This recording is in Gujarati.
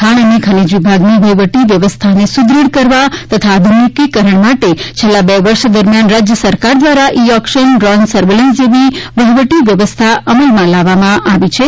ખાણ અને ખનીજ વિભાગની વહિવટી વ્યવસ્થાને સુદ્રઢ કરવા તથા આધુનિકરણ માટે છેલ્લા બે વર્ષ દરમ્યાન રાજ્ય સરકાર દ્વારા ઇ ઓક્શન ડ્રોન સર્વેલન્સ જેવી વહીવટી વ્યવસ્થા અમલમાં લાવવામાં આવેલ છે